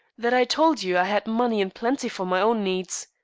that i told you i had money in plenty for my own needs.